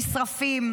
נשרפים,